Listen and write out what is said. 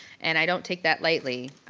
and i don't take that lightly.